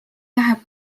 läheb